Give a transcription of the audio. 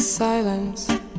Silence